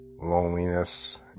Loneliness